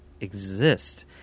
exist